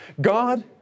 God